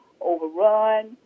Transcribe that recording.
overrun